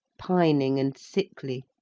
pining and sickly.